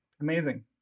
Amazing